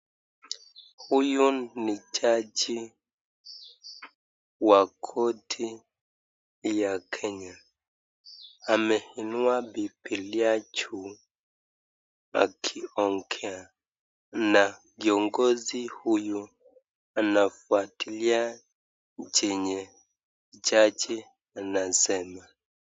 Huyu ni jaji wa koti ya Kenya, ameinua bibilia juu akiongea na kiongozi huyu anafuatilia chenye jaji anasema.